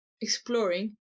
exploring